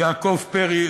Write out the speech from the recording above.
יעקב פרי,